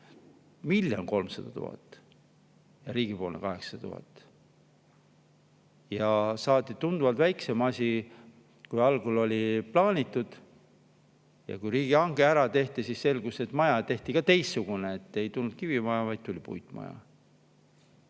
1 300 000 ja riik 800 000 ja saadi tunduvalt väiksem asi, kui algul oli plaanitud. Kui riigihange ära tehti, siis selgus, et maja tehakse ka teistsugune. Ei tulnud kivimaja, vaid tuli puitmaja.